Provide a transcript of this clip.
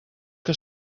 que